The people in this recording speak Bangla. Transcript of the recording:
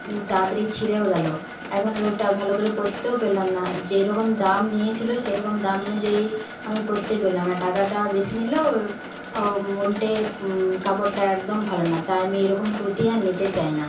তাড়াতাড়ি ছিড়েও গেল এখন ওটা ভালো করে পরতেও পেলাম না যেরকম দাম নিয়েছিল সেরকম দাম অনুযায়ী আমি পরতেই পেলাম না টাকাটা বেশী নিল উল্টে কাপড়টা একদম ভালো না তাই আমি এইরকম কুর্তি আর নিতে চাই না